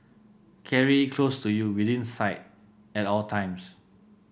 carry it close to you within sight at all times